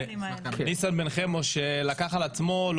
ניסן בן חמו שלקח על עצמו.